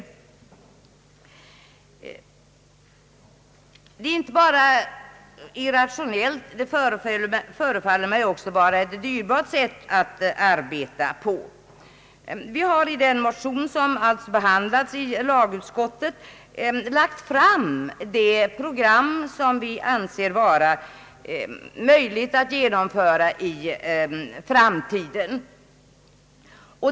Detta är inte bara ett irrationellt utan också ett dyrbart sätt att arbeta på. Vi har i den motion som behandlats av lagutskottet lagt fram det program som vi anser vara möjligt att genomföra i framtiden.